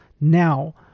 now